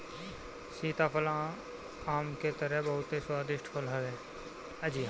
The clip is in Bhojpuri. सीताफल आम के तरह बहुते स्वादिष्ट फल हवे